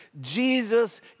Jesus